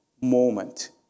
moment